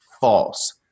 false